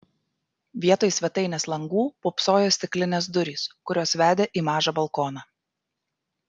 vietoj svetainės langų pūpsojo stiklinės durys kurios vedė į mažą balkoną